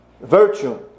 virtue